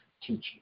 teaching